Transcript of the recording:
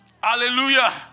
Hallelujah